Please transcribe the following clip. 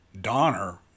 donner